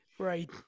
right